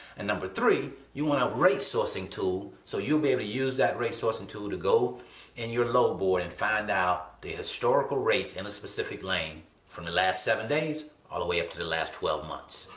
and number three, you want a rate sourcing tool, so you'll be able to use that rate sourcing tool to go and in your load board and find out the historical rates in a specific lane from the last seven days all the way up to the last twelve months.